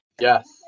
Yes